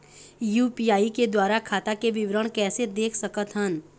UPI के द्वारा खाता के विवरण कैसे देख सकत हन?